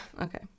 Okay